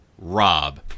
Rob